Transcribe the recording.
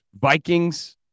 vikings